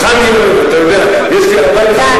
אותך אני אוהב, אתה יודע, יש לי אהבה אליך.